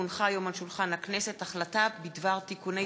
כי הונחה היום על שולחן הכנסת החלטה בדבר תיקוני